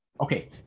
okay